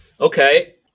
Okay